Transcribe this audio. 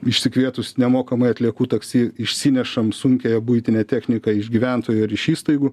išsikvietus nemokamai atliekų taksi išsinešam sunkiąją buitinę techniką iš gyventojų ar iš įstaigų